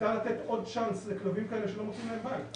הייתה לתת עוד צ'אנס לכלבים כאלה שלא מוצאים להם בית.